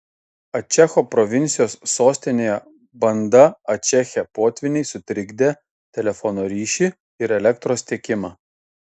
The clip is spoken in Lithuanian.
ačecho provincijos sostinėje banda ačeche potvyniai sutrikdė telefono ryšį ir elektros tiekimą